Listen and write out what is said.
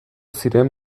ziren